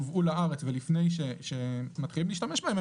עוד לפני שיובאו לארץ ולפני שהתחילו להשתמש בהם,